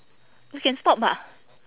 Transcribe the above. you can stop ah